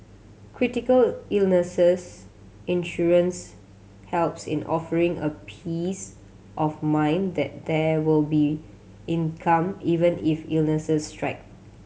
critical illnesses insurance helps in offering a peace of mind that there will be income even if illnesses strike